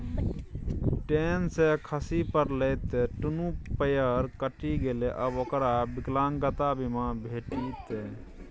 ten सँ खसि पड़लै त दुनू पयर कटि गेलै आब ओकरा विकलांगता बीमा भेटितै